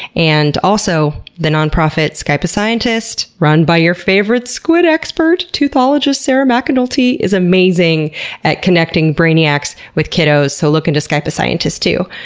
and also the non-profit skype a scientist run by your favorite squid expert, teuthologist sarah mcanulty is amazing at connecting braniacs with kiddos, so look into skype a scientist too.